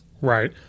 Right